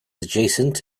adjacent